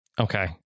Okay